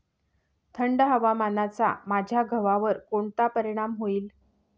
थंड हवामानाचा माझ्या गव्हावर कोणता परिणाम होईल?